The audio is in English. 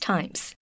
Times